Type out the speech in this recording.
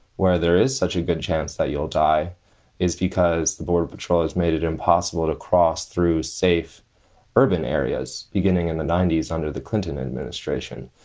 where there is such a good chance that you'll die is because the border patrol has made it impossible to cross through safe urban areas beginning in the ninety s under the clinton administration.